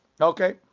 Okay